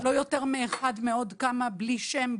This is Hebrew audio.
לא יותר מאחד מעוד כמה בלי שם,